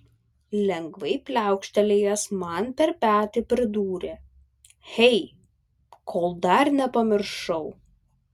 lengvai pliaukštelėjęs man per petį pridūrė hey kol dar nepamiršau